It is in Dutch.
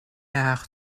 haar